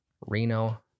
Reno